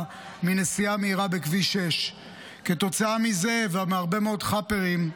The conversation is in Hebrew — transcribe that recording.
מנסיעה מהירה בכביש 6. כתוצאה מזה ומהרבה מאוד חאפרים,